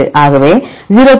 ஆகவே 0